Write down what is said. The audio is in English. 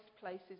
places